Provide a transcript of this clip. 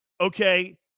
okay